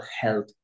health